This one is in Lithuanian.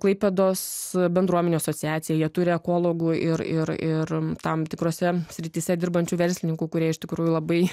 klaipėdos bendruomenių asociacija jie turi ekologų ir ir ir tam tikrose srityse dirbančių verslininkų kurie iš tikrųjų labai